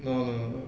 no no no